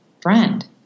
friend